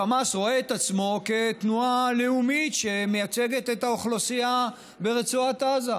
חמאס רואה את עצמו כתנועה לאומית שמייצגת את האוכלוסייה ברצועת עזה,